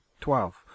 Twelve